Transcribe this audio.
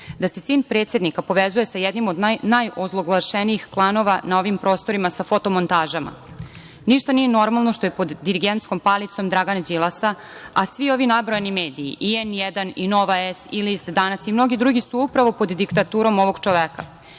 da se sin predsednika povezuje sa jednim od najozloglašenijih klanova na ovim prostorima sa fotomontažama? Ništa nije normalno što je pod dirigentskom palicom Dragana Đilasa, a svi ovi nabrojani mediji, i N1 i Nova S i list „Danas“ i mnogi drugi su upravo pod diktaturom ovog čoveka. Još